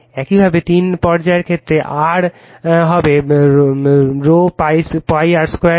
একইভাবে তিন পর্যায়ের ক্ষেত্রে R হবে rho l pi r 2